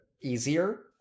easier